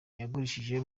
yagurishije